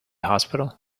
hospital